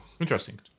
interesting